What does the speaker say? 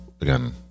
again